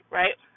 right